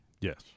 Yes